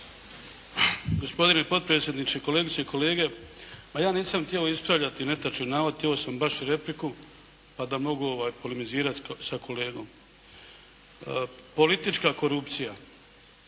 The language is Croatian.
Gospodine potpredsjedniče, kolegice i kolege. Ma ja nisam htjeo ispravljati netočni navod, htjeo sam baš repliku, pa da mogu polemizirati sa kolegom. Politička korupcija.